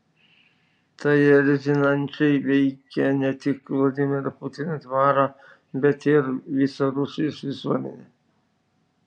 tai erzinančiai veikia ne tik vladimiro putino dvarą bet ir visą rusijos visuomenę